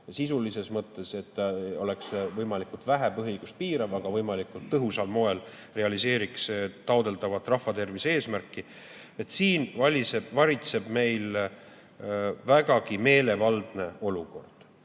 sisulises mõttes oleks võimalikult vähe põhiõigust piirav, aga võimalikult tõhusal moel realiseeriks taotletavat rahvatervise eesmärki, et siin valitseb meil vägagi meelevaldne olukord.